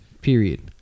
period